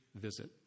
visit